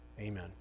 Amen